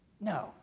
No